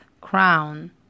crown